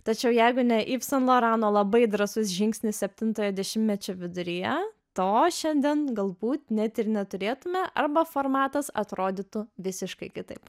tačiau jeigu ne iv san lorano labai drąsus žingsnis septintojo dešimmečio viduryje to šiandien galbūt net ir neturėtume arba formatas atrodytų visiškai kitaip